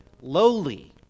Lowly